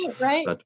right